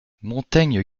montaigne